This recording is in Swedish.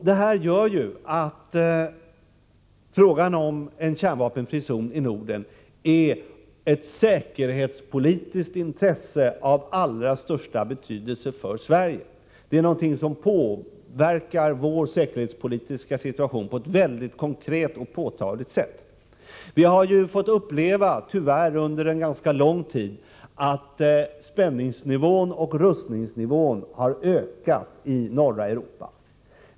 Det här gör att frågan om en kärnvapenfri zon i Norden är ett säkerhetspolitiskt intresse av allra största betydelse för Sverige — det är någonting som påverkar vår säkerhetspolitiska situation på ett väldigt konkret och påtagligt sätt. Vi har tyvärr under ganska lång tid fått uppleva att spänningsnivån och rustningsnivån i norra Europa har ökat.